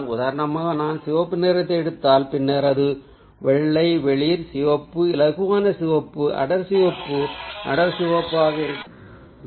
உதாரணமாக நான் சிவப்பு நிறத்தை எடுத்தால் பின்னர் அது வெள்ளை வெளிர் சிவப்பு இலகுவான சிவப்பு அடர் சிவப்பு அடர் சிவப்பாக இருக்கவேண்டும் பின்னர் அது குறைந்த மாறுபாட்டில் சிவப்பாக இருக்கும்